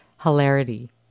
hilarity